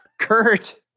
Kurt